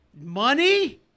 Money